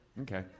Okay